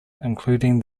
including